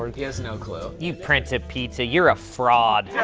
hard. he has no clue. you prince of pizza. you're a fraud.